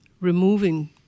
removing